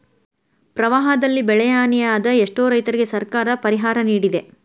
ಪ್ರವಾಹದಲ್ಲಿ ಬೆಳೆಹಾನಿಯಾದ ಎಷ್ಟೋ ರೈತರಿಗೆ ಸರ್ಕಾರ ಪರಿಹಾರ ನಿಡಿದೆ